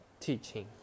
teaching